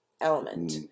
element